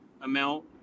amount